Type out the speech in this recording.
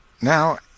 Now